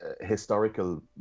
historical